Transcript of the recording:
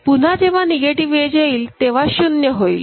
पुन्हा जेव्हा negative edge येईल तेव्हा 0 होईल